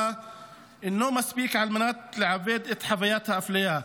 אינו מספיק על מנת לעבד את חוויית האפליה,